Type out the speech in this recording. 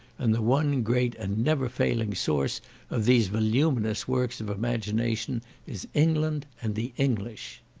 and the one great and never-failing source of these voluminous works of imagination is england and the english.